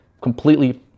completely